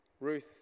Ruth